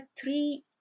three